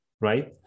right